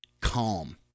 calm